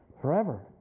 Forever